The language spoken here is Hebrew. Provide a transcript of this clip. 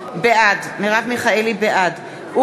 מטרת הוועדה תהיה,